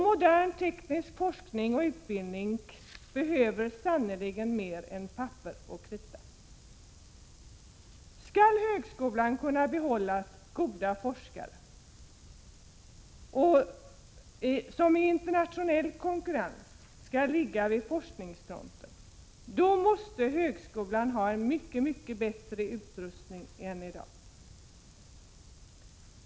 Modern teknisk forskning och utbildning behöver sannerligen mer än papper och krita. Skall högskolan kunna behålla goda forskare som i internationell konkurrens skall kunna ligga vid forskningsfronten, måste högskolan ha en mycket bättre utrustning än i dag.